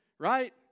right